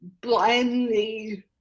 blindly